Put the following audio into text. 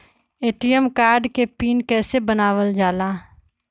ATM card के PIN कैसे बनावल जाला?